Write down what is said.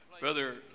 Brother